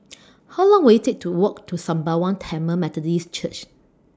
How Long Will IT Take to Walk to Sembawang Tamil Methodist Church